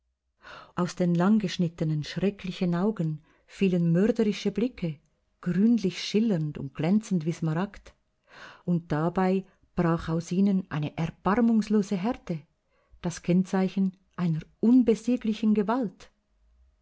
aus den langgeschnittenen schrecklichen augen fielen mörderische blicke grünlich schillernd und glänzend wie smaragd und dabei brach aus ihnen eine erbarmungslose härte das kennzeichen einer unbesieglichen gewalt